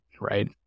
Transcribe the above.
right